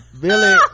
billy